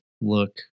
look